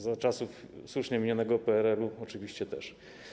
Za czasów słusznie minionego PRL-u oczywiście też.